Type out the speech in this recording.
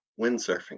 windsurfing